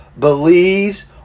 Believes